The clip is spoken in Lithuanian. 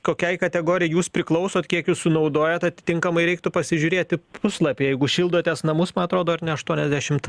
kokiai kategorijai jūs priklausot kiekius sunaudojant atitinkamai reiktų pasižiūrėti puslapį jeigu šildotės namus man atrodo ar ne aštuoniasdešimt